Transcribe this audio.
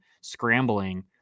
scrambling